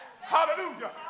Hallelujah